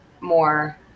more